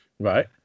Right